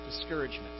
Discouragement